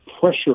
pressure